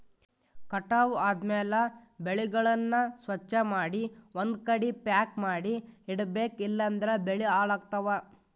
ಕಟಾವ್ ಆದ್ಮ್ಯಾಲ ಬೆಳೆಗಳನ್ನ ಸ್ವಚ್ಛಮಾಡಿ ಒಂದ್ಕಡಿ ಪ್ಯಾಕ್ ಮಾಡಿ ಇಡಬೇಕ್ ಇಲಂದ್ರ ಬೆಳಿ ಹಾಳಾಗ್ತವಾ